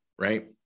right